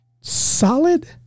solid